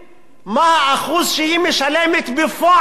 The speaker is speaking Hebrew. מה האחוז שהיא משלמת בפועל?